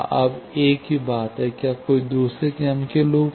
अब एक ही बात क्या कोई दूसरे क्रम के लूप है